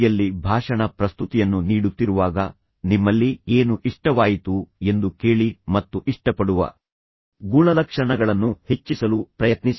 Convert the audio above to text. ಯಲ್ಲಿ ಭಾಷಣ ಪ್ರಸ್ತುತಿಯನ್ನು ನೀಡುತ್ತಿರುವಾಗ ನಿಮ್ಮಲ್ಲಿ ಏನು ಇಷ್ಟವಾಯಿತು ಎಂದು ಕೇಳಿ ಮತ್ತು ಇಷ್ಟಪಡುವ ಗುಣಲಕ್ಷಣಗಳನ್ನು ಹೆಚ್ಚಿಸಲು ಪ್ರಯತ್ನಿಸಿ